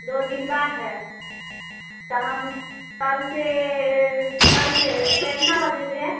दो दिन बाद है तो हम कल से कल से कितना बजे से है